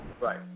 right